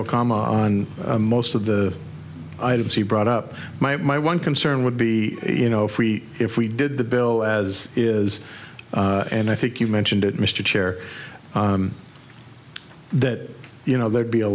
okama on most of the items he brought up my one concern would be you know if we if we did the bill as is and i think you mentioned it mr chair that you know there'd be a